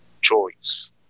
choice